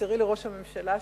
תמסרי לראש הממשלה שלכם,